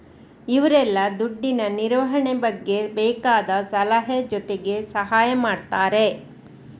ಇವ್ರೆಲ್ಲ ದುಡ್ಡಿನ ನಿರ್ವಹಣೆ ಬಗ್ಗೆ ಬೇಕಾದ ಸಲಹೆ ಜೊತೆಗೆ ಸಹಾಯ ಮಾಡ್ತಾರೆ